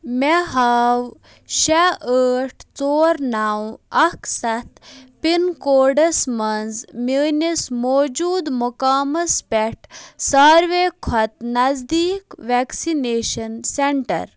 مےٚ ہاو شےٚ ٲٹھ ژور نَو اَکھ سَتھ پِن کوڈس مَنٛز میٛٲنِس موٗجوٗد مُقامس پٮ۪ٹھ سارِوٕے کھۄتہٕ نٔزدیٖک ویکسِنیشن سینٛٹر